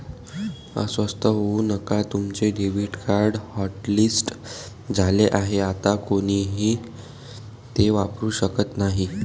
अस्वस्थ होऊ नका तुमचे डेबिट कार्ड हॉटलिस्ट झाले आहे आता कोणीही ते वापरू शकत नाही